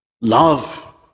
Love